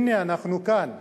הנה, אנחנו כאן,